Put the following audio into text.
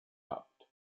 habt